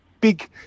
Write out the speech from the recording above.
big